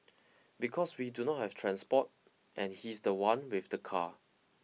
because we do not have transport and he's the one with the car